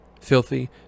Filthy